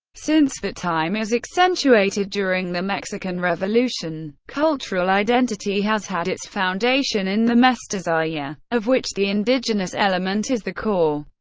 since that time, as accentuated during the mexican revolution, cultural identity has had its foundation in the mestizaje, ah of which the indigenous element is the core.